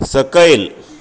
सकयल